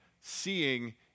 seeing